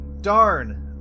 Darn